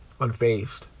unfazed